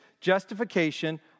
justification